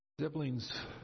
Siblings